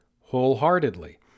wholeheartedly